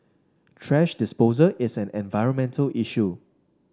thrash disposal is an environmental issue